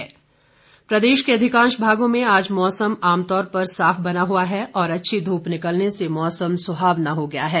मौसम प्रदेश के अधिकांश भागों में आज मौसम आमतौर पर साफ बना हुआ है और अच्छी ध्रप निकलने से मौसम सुहावना हो गया है